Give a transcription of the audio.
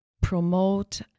promote